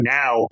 now